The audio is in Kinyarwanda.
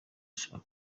shaka